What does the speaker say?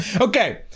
Okay